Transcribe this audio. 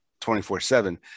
24-7